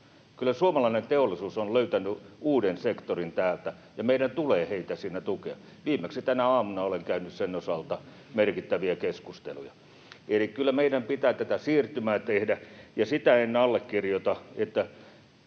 Kyllä suomalainen teollisuus on löytänyt uuden sektorin täältä, ja meidän tulee heitä siinä tukea. Viimeksi tänä aamuna olen käynyt sen osalta merkittäviä keskusteluja. Eli kyllä meidän pitää tätä siirtymää tehdä. Ja sitä en allekirjoita, että